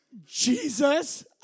Jesus